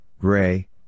gray